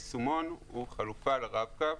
היישומון הוא חלופה לרב-קו,